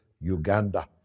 Uganda